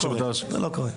לא, זה לא קורה.